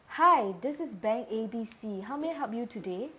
hi this is bank A B C how may I help you today